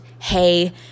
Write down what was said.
hey